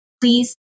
Please